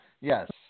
Yes